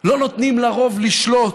לא נותנים לרוב לשלוט,